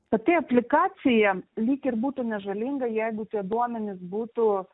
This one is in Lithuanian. pati aplikacija lyg ir būtų nežalinga jeigu tie duomenys būtų